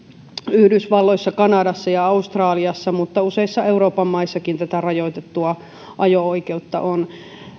yhdysvalloissa kanadassa ja australiassa mutta useissa euroopankin maissa tätä rajoitettua ajo oikeutta on